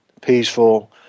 peaceful